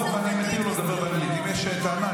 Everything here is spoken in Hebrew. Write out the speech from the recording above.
סיבות טכניות, וגם באנגלית, כי אין לנו מה לעשות.